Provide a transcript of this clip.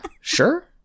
sure